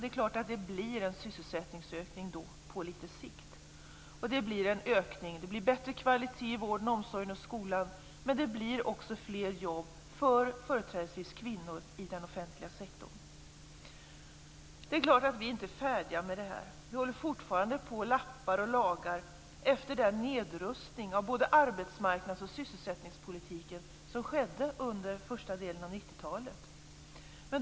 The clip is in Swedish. Det är klart att det blir en sysselsättningsökning på litet sikt. Det bli en ökning. Det blir bättre kvalitet i vården, omsorgen och skolan, och det blir också fler jobb för företrädesvis kvinnor i den offentliga sektorn. Det är klart att vi inte är färdiga med detta. Vi håller fortfarande på och lappar och lagar efter den nedrustning av både arbetsmarknads och sysselsättningspolitiken som skedde under första delen av 90 talet.